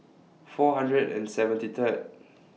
four hundred and seventy Third